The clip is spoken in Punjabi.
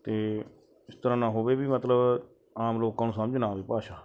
ਅਤੇ ਇਸ ਤਰ੍ਹਾਂ ਨਾ ਹੋਵੇ ਵੀ ਮਤਲਬ ਆਮ ਲੋਕਾਂ ਨੂੰ ਸਮਝ ਨਾ ਆਵੇ ਭਾਸ਼ਾ